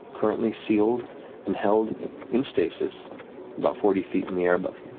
currently sealed and held in stasis about forty feet in the air above